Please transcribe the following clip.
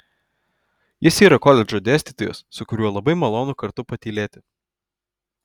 jis yra koledžo dėstytojas su kuriuo labai malonu kartu patylėti